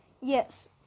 Yes